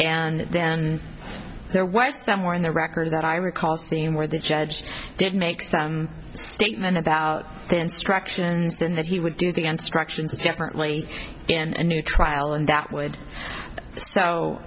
and then there was somewhere in the record that i recall seeing where the judge did make some statement about the instructions then that he would do think instructions differently and in a trial and that would so